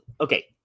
Okay